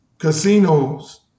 Casinos